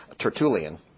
Tertullian